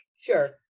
Sure